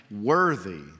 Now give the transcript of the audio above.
worthy